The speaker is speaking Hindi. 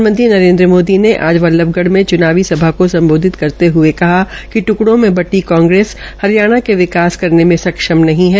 प्रधानमंत्री नरेन्द्र मोदी ने आज बल्लभगढ़ में चुनावी सभा को सम्बोधित करते हये कहा कि ट्कड़ों में कांग्रेस हरियाणा के विकास करने में सक्षम नहीं है